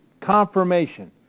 confirmation